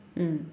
mm